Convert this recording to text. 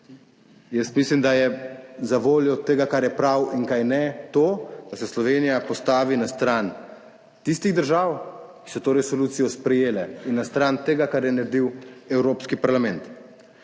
Jaz mislim, da je zavoljo tega kar je prav in kaj ne, to, da se Slovenija postavi na stran tistih držav, ki so to resolucijo sprejele in na stran tega, kar je naredil Evropski parlament.